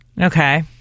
Okay